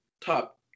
top